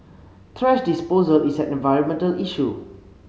thrash disposal is an environmental issue